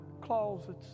closets